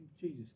Jesus